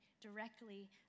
directly